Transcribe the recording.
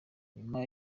nyuma